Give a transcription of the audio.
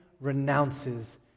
renounces